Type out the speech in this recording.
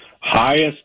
Highest